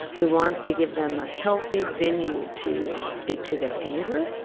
we want to give them a healthy venue to speak to their anger,